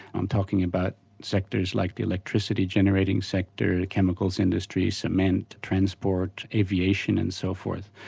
i'm talking about sectors like the electricity generating sector, the chemicals industry, cement, transport, aviation and so forth.